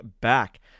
back